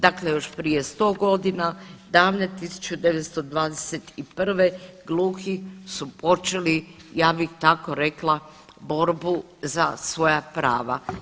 Dakle, još prije 100 godina davne 1921. gluhi su počeli ja bih tako rekla borbu za svoja prava.